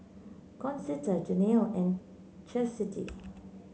Concetta Janene and Chastity